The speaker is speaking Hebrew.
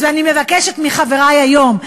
אז אני מבקשת מחברי היום,